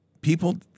people